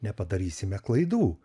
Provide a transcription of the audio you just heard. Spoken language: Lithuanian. nepadarysime klaidų